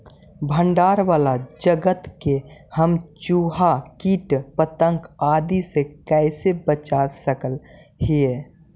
भंडार वाला जगह के हम चुहा, किट पतंग, आदि से कैसे बचा सक हिय?